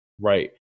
right